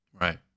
right